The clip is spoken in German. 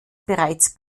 bereits